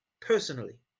personally